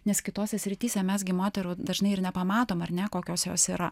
nes kitose srityse mes gi moterų dažnai ir nepamatom ar ne kokios jos yra